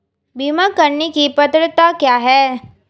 बीमा करने की पात्रता क्या है?